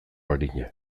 arina